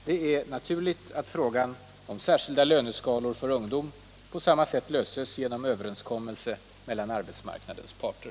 Det är naturligt att frågan om särskilda löneskalor för ungdom på samma sätt löses genom överenskommelse mellan arbetsmarknadens parter.